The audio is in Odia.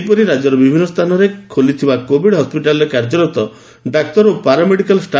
ସେହିପରି ରାଜ୍ୟର ବିଭିନ୍ନ ସ୍ଚାନରେ ଖୋଲିଥିବା କୋଭିଡ ହସ୍ପିଟାଲରେ କାର୍ଯ୍ୟରତ ଡାକ୍ତର ଓ ପାରାମେଡିକାଲ ଷ୍